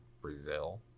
Brazil